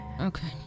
Okay